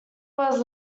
was